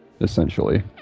essentially